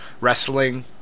wrestling